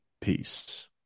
Peace